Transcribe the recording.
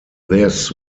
this